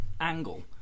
angle